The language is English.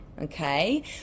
Okay